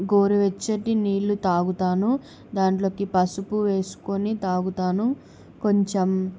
గోరువెచ్చటి నీళ్ళు త్రాగుతాను దాంట్లోకి పసుపు వేసుకొని త్రాగుతాను కొంచెం